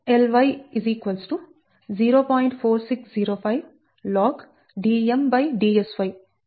4605 logDmDsy 0